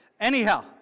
Anyhow